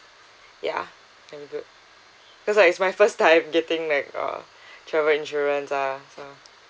ya that'll be good cause like it's my first time getting like a travel insurance ah so